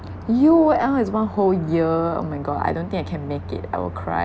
U_O_L is one whole year oh my god I don't think I can make it I will cry